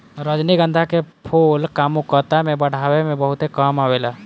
रजनीगंधा के फूल कामुकता के बढ़ावे में बहुते काम आवेला